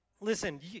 Listen